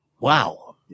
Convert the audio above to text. Wow